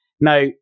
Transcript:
Now